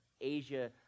Asia